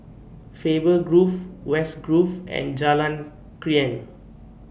Faber Grove West Grove and Jalan Krian